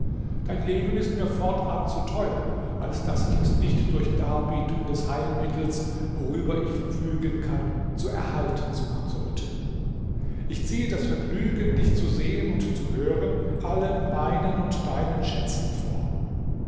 dein leben ist mir fortan zu teuer als daß ich es nicht durch darbietung des heilmittels worüber ich verfügen kann zu erhalten suchen sollte ich ziehe das vergnügen dich zu sehen und zu hören allen meinen und deinen schätzen vor